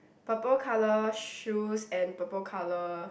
purple colour shoes and purple colour